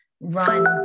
run